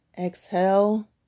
Exhale